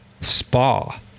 spa